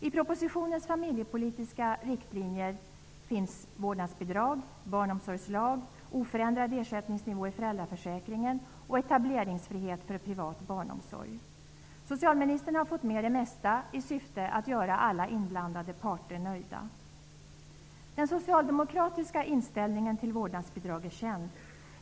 I propositionens familjepolitiska riktlinjer finns vårdnadsbidrag, barnomsorgslag, oförändrad ersättningsnivå i föräldraförsäkringen och etableringsfrihet för privat barnomsorg. Socialministern har fått med det mesta i syfte att göra alla inblandade parter nöjda. Den socialdemokratiska inställningen till vårdnadsbidrag är känd.